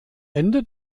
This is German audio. ende